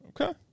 Okay